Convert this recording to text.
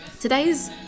today's